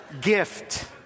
Gift